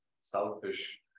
selfish